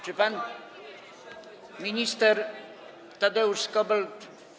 Czy pan minister Tadeusz Skobel.